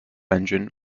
engine